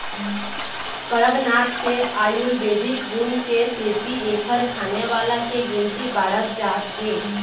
कड़कनाथ के आयुरबेदिक गुन के सेती एखर खाने वाला के गिनती बाढ़त जात हे